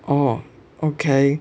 oh okay